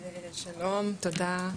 שלום, תודה.